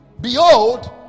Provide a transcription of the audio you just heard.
behold